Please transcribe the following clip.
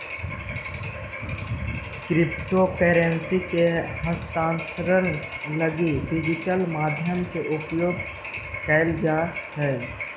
crypto currency के हस्तांतरण लगी डिजिटल माध्यम के उपयोग कैल जा हइ